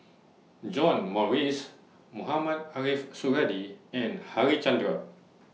John Morrice Mohamed Ariff Suradi and Harichandra